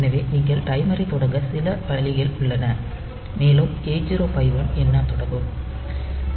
எனவே நீங்கள் டைமரைத் தொடங்க சில வழிகள் உள்ளன மேலும் 8051 எண்ணும்